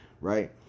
right